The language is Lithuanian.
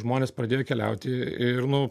žmonės pradėjo keliauti ir nu